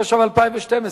התשע"ב 2012,